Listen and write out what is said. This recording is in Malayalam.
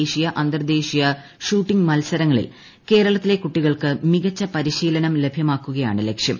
ദേശീയ അന്തർദേശീയ ഷൂട്ടിംഗ് മത്സരങ്ങളിൽ കേരളത്തിലെ കുട്ടികൾക്ക് മികച്ച പരിശീലനം ലഭ്യമാക്കുകയാണ് ലക്ഷ്യം